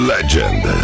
Legend